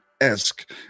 esque